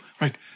Right